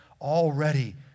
already